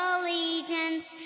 allegiance